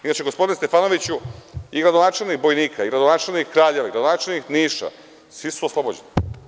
Inače, gospodine Stefanoviću, i gradonačelnik Bojnika i gradonačelnik Kraljeva i gradonačelnik Niša, svi su oslobođeni.